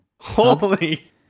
Holy